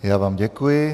Já vám děkuji.